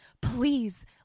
Please